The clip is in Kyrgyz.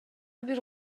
бир